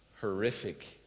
horrific